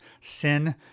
Sin